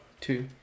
Two